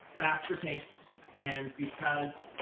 faster paced, and because